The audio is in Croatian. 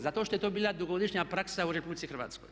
Zato što je to bila dugogodišnja praksa u RH.